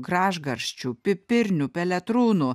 gražgarščių pipirnių peletrūnų